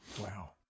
Wow